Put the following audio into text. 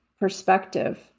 perspective